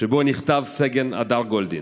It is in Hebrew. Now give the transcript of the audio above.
שבו נחטף סגן הדר גולדין.